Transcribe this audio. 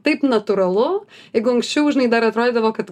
taip natūralu jeigu anksčiau žinai dar atrodydavo kad